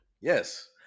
Yes